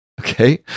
Okay